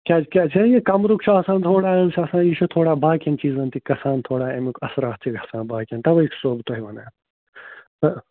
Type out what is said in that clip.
کیٛازِ کَمرُک چھُ آسان تھوڑا یہِ چھُ تھوڑا باقیَن چیٖزَن تہِ گژھان تھوڑا اَمیُک اَثرات چھِ گژھان باقیَن تَوَے چھُسو بہٕ تۄہہِ وَنان